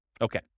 Okay